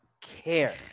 care